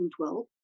2012